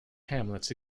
hamlets